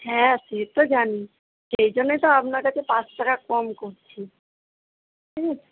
হ্যাঁ সে তো জানি সেই জন্যই তো আপনার কাছে পাঁচ টাকা কম করছি